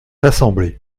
assemblée